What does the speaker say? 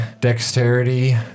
dexterity